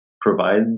provide